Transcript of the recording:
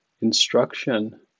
instruction